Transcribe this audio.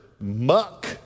muck